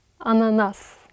Ananas